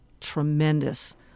tremendous